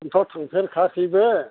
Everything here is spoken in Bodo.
आंथ' थांफेरखायाखैबो